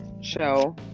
show